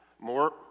More